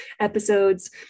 episodes